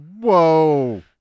Whoa